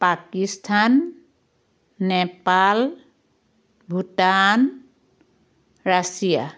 Pakistan Nepal Bhutan Russia